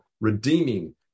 redeeming